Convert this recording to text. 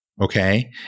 Okay